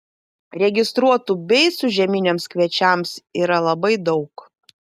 registruotų beicų žieminiams kviečiams yra labai daug